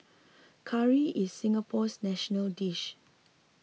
Curry is Singapore's national dish